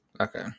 Okay